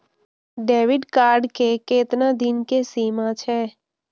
Debit card के केतना दिन के सीमा छै?